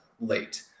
late